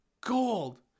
Gold